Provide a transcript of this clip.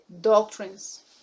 doctrines